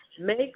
Make